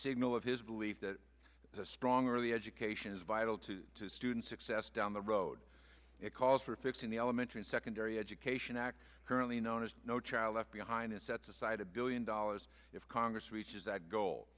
signal of his belief that a strong early education is vital to students success down the road it calls for fixing the elementary and secondary education act currently known as no child left behind it sets aside a billion dollars if congress reaches that goal